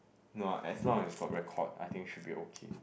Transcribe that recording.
no ah as long as got record I think should be okay